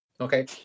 Okay